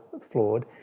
flawed